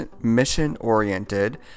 mission-oriented